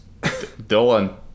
Dylan